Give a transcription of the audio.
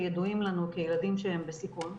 שידועים לנו כילדים שהם בסיכון,